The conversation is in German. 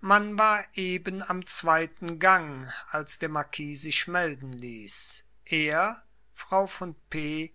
man war eben am zweiten gang als der marquis sich melden ließ er frau von p